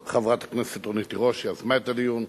חברת הכנסת רונית תירוש, שיזמה את הדיון,